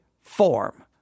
form